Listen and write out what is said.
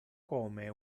come